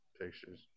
pictures